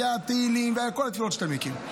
היו תהילים והיו כל התפילות שאתה מכיר.